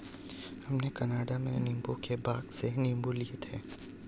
हमने कनाडा में नींबू के बाग से नींबू लिए थे